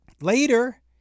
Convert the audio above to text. Later